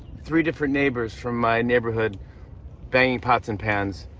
three different neighbors from my neighborhood banging pots and pans.